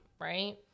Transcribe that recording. Right